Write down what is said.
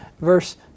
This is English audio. verse